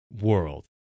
world